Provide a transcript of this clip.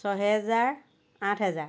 ছহেজাৰ আঠ হেজাৰ